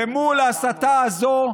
מול ההסתה הזאת,